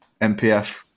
MPF